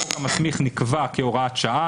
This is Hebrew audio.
החוק המסמיך נקבע כהוראת שעה,